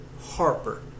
Harper